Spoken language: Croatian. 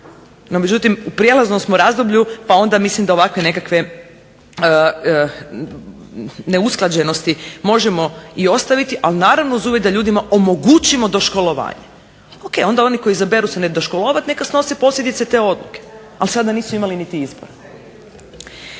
No međutim, u prijelaznom smo razdoblju pa onda mislim da ovakve nekakve neusklađenosti možemo i ostaviti, ali naravno uz uvjet da ljudima omogućimo doškolovanje. Ok, onda oni koji izaberu se ne doškolovat neka snose posljedice te odluke, ali sada nisu imali niti izbora.